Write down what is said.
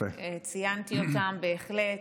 ציינתי אותם בהחלט.